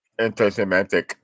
Intersemantic